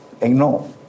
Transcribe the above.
ignore